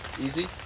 Easy